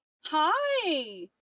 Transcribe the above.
Hi